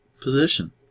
position